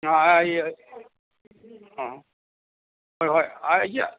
ꯑꯩ ꯍꯣꯏ ꯍꯣꯏ